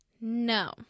No